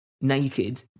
naked